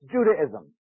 Judaism